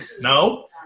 No